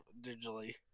digitally